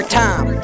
time